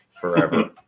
forever